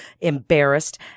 embarrassed